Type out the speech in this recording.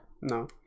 No